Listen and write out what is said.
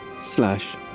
slash